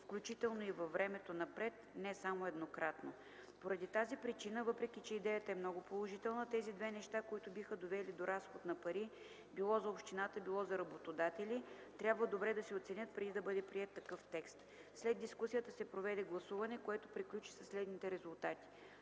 включително и във времето напред, не само еднократно. Поради тази причина, въпреки че идеята е много положителна, тези две неща, които биха довели до разход на пари, било за общината, било за работодатели, трябва добре да се оценят, преди да бъде приет такъв текст. След дискусията се проведе гласуване, което приключи със следните резултати: